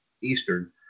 Eastern